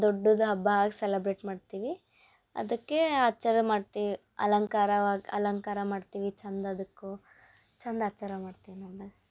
ದೊಡ್ಡದ ಹಬ್ಬ ಆಗಿ ಸೆಲಬ್ರೇಟ್ ಮಾಡ್ತೀವಿ ಅದಕ್ಕೆ ಆಚಾರ ಮಾಡ್ತೀವಿ ಅಲಂಕಾರವಾಗಿ ಅಲಂಕಾರ ಮಾಡ್ತೀವಿ ಚಂದ ಅದಕ್ಕೂ ಚಂದ ಆಚಾರ ಮಾಡ್ತೀವಿ ನಮ್ಮಲ್ಲಿ